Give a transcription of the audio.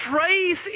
phrase